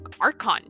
Archon